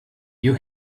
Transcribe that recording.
you